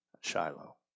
Shiloh